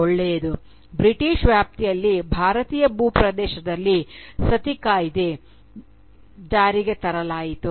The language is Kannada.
ಒಳ್ಳೆಯದು ಬ್ರಿಟಿಷ್ ವ್ಯಾಪ್ತಿಯಲ್ಲಿ ಭಾರತೀಯ ಭೂಪ್ರದೇಶದಲ್ಲಿ ಸತಿ ಕಾಯ್ದೆ ಜಾರಿಗೆ ತರಲಾಯಿತು